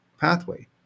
pathway